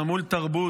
אנחנו מול תרבות